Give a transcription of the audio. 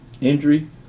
injury